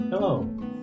Hello